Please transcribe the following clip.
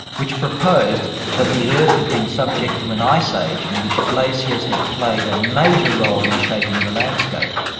which proposed that the earth had been subject to an ice age in which glaciers had played a major role in shaping the landscape.